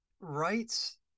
rights